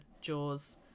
Jaws